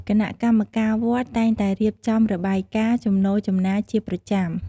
គណៈកម្មការវត្តតែងតែរៀបចំរបាយការណ៍ចំណូលចំណាយជាប្រចាំ។